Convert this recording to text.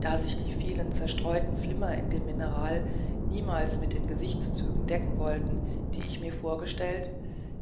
da sich die vielen zerstreuten flimmer in dem mineral niemals mit den gesichtszügen decken wollten die ich mir vorgestellt